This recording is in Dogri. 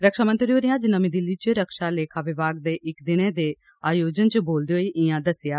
रक्षा मंत्री होरें अज्ज नमीं दिल्ली च रक्षा लेखा विभाग दे इक दिनै दे इक आयोजन च बोलदे होई इआं दस्सेआ